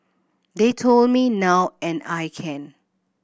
they told me now and I can